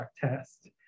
test